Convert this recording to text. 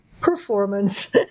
Performance